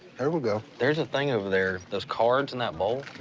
there we go. there's a thing over there those cards in that bowl.